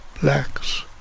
blacks